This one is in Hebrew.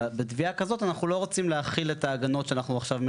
בתביעה כזאת אנחנו לא רוצים להחיל את ההגנות שאנחנו עכשיו מחילים,